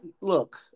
look